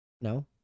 No